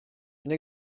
une